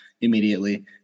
immediately